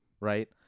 right